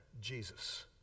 Jesus